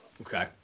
Okay